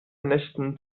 nächsten